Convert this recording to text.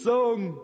song